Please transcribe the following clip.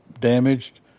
damaged